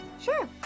sure